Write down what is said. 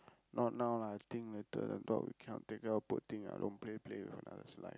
not now lah I think later the dog cannot take care oh poor thing lah don't play play with another's life